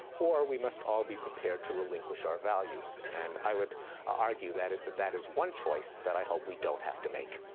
or we must all be prepared to relinquish our values. and i would argue that that that is one choice that i hope we don't have to make.